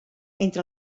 entre